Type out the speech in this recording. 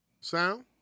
Sound